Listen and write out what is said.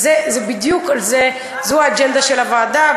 זו בדיוק האג'נדה של הוועדה,